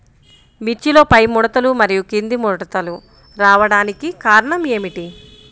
మిర్చిలో పైముడతలు మరియు క్రింది ముడతలు రావడానికి కారణం ఏమిటి?